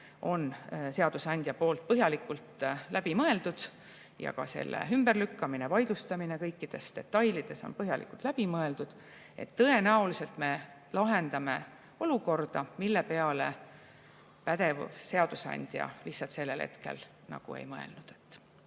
on seadusandja põhjalikult läbi mõelnud ja ka selle ümberlükkamine, vaidlustamine kõikides detailides on põhjalikult läbi mõeldud. Tõenäoliselt me lahendame olukorda, mille peale pädev seadusandja lihtsalt sellel hetkel ei mõelnud.